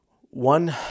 one